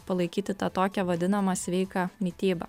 palaikyti tą tokią vadinamą sveiką mitybą